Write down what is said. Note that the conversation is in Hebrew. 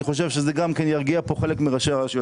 אני חושב שזה ירגיע כאן חלק מראשי הרשויות.